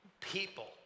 People